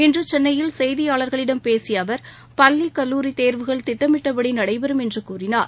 இன்று சென்னையில் செய்தியாளர்களிடம் பேசிய அவர் பள்ளி கல்லூரி தேர்வுகள் திட்டமிட்டபடி நடைபெறும் என்று கூறினார்